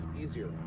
easier